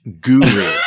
guru